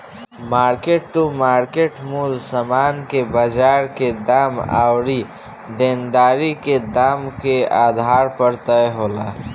mark to market मूल्य समान के बाजार के दाम अउरी देनदारी के दाम के आधार पर तय होला